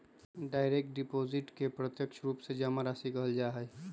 direct deposit के प्रत्यक्ष रूप से जमा राशि कहल जा हई